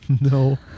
No